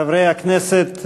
חברי הכנסת,